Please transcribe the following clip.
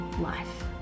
life